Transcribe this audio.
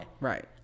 Right